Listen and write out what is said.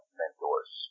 mentors